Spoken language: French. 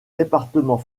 département